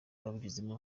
babigizemo